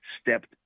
stepped